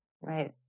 right